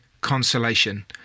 consolation